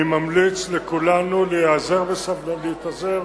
אני ממליץ לכולנו להתאזר